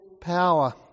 power